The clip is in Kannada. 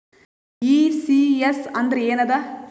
ಈ.ಸಿ.ಎಸ್ ಅಂದ್ರ ಏನದ?